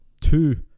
two